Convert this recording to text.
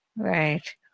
Right